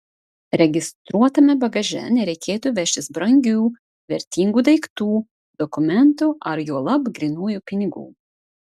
registruotame bagaže nereikėtų vežtis brangių vertingų daiktų dokumentų ar juolab grynųjų pinigų